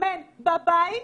להתאמן בבית ---,